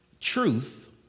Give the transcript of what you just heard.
truth